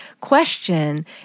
question